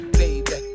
baby